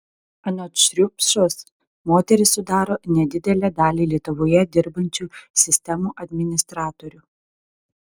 anot šriupšos moterys sudaro nedidelę dalį lietuvoje dirbančių sistemų administratorių